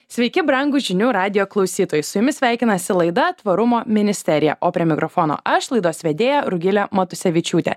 sveiki brangūs žinių radijo klausytojai su jumis sveikinasi laida tvarumo ministerija o prie mikrofono aš laidos vedėja rugilė matusevičiūtė